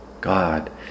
god